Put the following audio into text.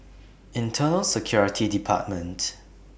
Internal Security department